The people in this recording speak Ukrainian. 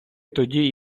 тоді